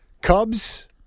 Cubs